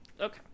Okay